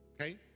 Okay